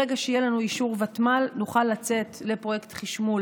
ברגע שיהיה לנו אישור ות"ל נוכל לצאת לפרויקט חשמול